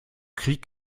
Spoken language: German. krieg